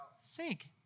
Sink